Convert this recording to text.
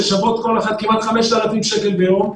ששוות כל אחת כמעט 5,000 שקל ביום,